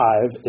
five